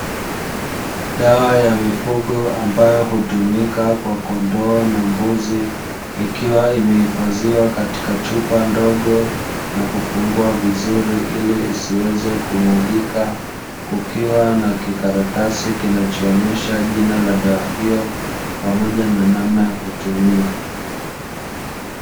Dawa ya mifugo ambayo hutumika kwa kondoo na mbuzi ikiwa imehifadhiwa katika chupa ndogo na kufungwa vizuri ili isiweze kumwagika, kukiwa na kikaratasi kinachoonyesha jina la dawa hiyo pamoja na namna ya kutumia.